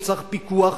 הוא צריך פיקוח,